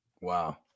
Wow